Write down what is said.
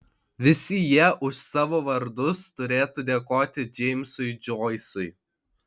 visi jie už savo vardus turėtų dėkoti džeimsui džoisui